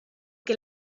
que